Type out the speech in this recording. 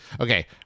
Okay